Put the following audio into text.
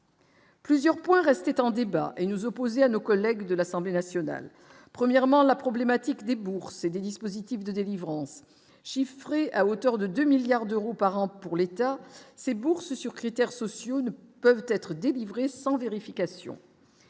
Plusieurs points restent en débat et nous opposer à nos collègues de l'Assemblée nationale : premièrement, la problématique des bourses et des dispositifs de délivrance chiffré à hauteur de 2 milliards d'euros par an pour l'État, ces bourses sur critères sociaux ne peuvent être délivrés sans vérification,